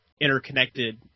interconnected